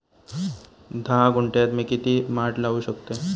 धा गुंठयात मी किती माड लावू शकतय?